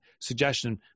suggestion